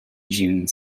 june